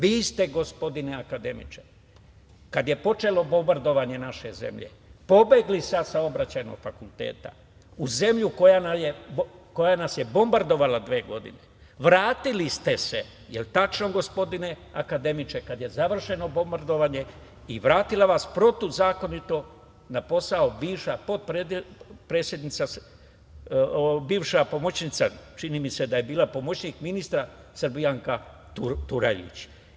Vi ste, gospodine akademiče, kada je počelo bombardovanje naše zemlje pobegli sa Saobraćajnog fakulteta u zemlju koja nas je bombardovala dve godine, vratili ste se, jel tačno, gospodine akademiče, kada je završeno bombardovanje i vratila vas je protivzakonito na posao bivša pomoćnica, čini mi se da je bila pomoćnik ministra, Srbijanka Turajlić.